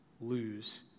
lose